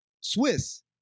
Swiss